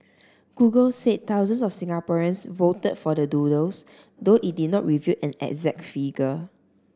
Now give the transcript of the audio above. google said thousands of Singaporeans voted for the doodles though it did not reveal an exact figure